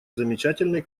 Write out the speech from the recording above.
замечательной